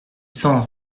cent